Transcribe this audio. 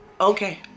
Okay